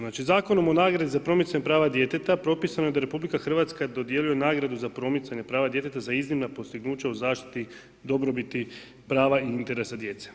Znači Zakonom o nagradi za promicanje prava djeteta propisano je da RH dodjeljuje nagradu za promicanje prava djeteta za iznimna postignuća u zaštiti dobrobiti prava i interesa djece.